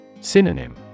Synonym